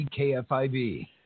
KFIV